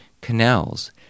canals